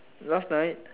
last night